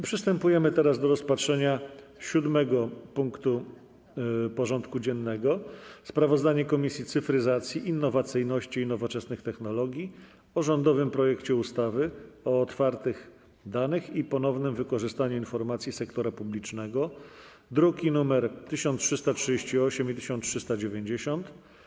Przystępujemy do rozpatrzenia punktu 7. porządku dziennego: Sprawozdanie Komisji Cyfryzacji, Innowacyjności i Nowoczesnych Technologii o rządowym projekcie ustawy o otwartych danych i ponownym wykorzystywaniu informacji sektora publicznego (druki nr 1338 i 1390)